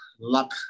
luck